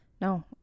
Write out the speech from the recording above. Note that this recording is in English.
No